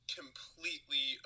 completely